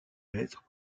lettres